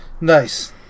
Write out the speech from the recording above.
Nice